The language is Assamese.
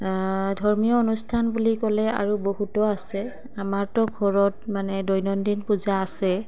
ধৰ্মীয় অনুষ্ঠান বুলি ক'লে আৰু বহুতো আছে আমাৰতো ঘৰত মানে দৈনন্দিন পূজা আছেই